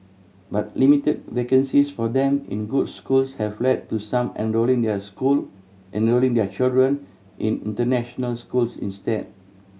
but limited vacancies for them in good schools have led to some enrolling their school enrolling their children in international schools instead